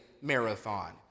marathon